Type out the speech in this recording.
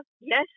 yes